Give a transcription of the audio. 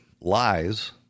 lies